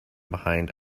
behind